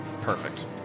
Perfect